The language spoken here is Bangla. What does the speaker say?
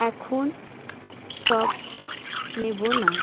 এখন সব নেব না